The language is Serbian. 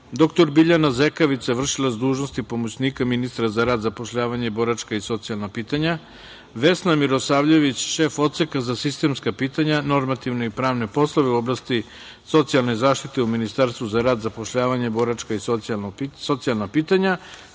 dr Biljana Zekavica, vršilac dužnosti pomoćnika ministra za rad, zapošljavanje, boračka i socijalna pitanja, Vesna Mirosavljević, šef Odseka za sistemska pitanja, normativne i pravne poslove u oblasti socijalne zaštite u Ministarstvu za rad, zapošljavanje, boračka i socijalna pitanja